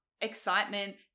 excitement